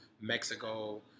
Mexico